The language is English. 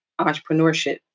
entrepreneurship